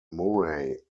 murray